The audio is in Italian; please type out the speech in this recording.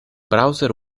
browser